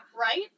Right